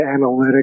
analytics